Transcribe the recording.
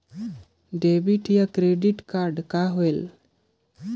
Debit या credit card कौन होएल?